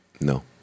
no